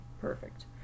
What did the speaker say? perfect